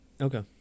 okay